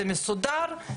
זה מסודר,